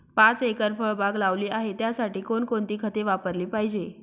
पाच एकर फळबाग लावली आहे, त्यासाठी कोणकोणती खते वापरली पाहिजे?